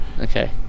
Okay